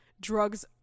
drugs